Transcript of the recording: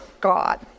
God